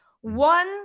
One